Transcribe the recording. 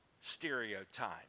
stereotype